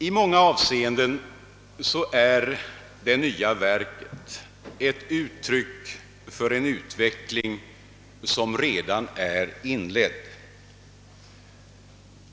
I många avseenden är det nya verket ett uttryck för en utveckling som redan är inledd.